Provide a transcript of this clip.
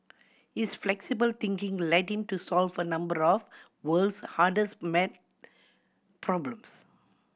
is flexible thinking led him to solve a number of world's hardest maths problems